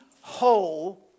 whole